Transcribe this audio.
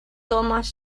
tomas